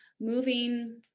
moving